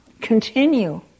continue